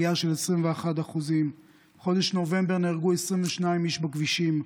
עלייה של 21%. בחודש נובמבר נהרגו 22 איש בכבישים,